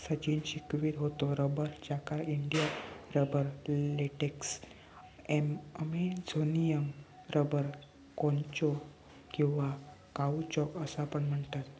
सचिन शिकवीत होतो रबर, ज्याका India rubber, latex, Amazonian rubber, कौचो किंवा काउचॉक असा पण म्हणतत